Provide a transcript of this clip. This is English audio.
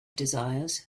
desires